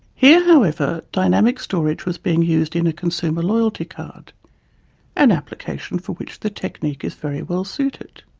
here, however, dynamic storage was being used in a consumer loyalty card an application for which the technique is very well suited.